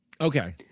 Okay